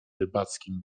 rybackim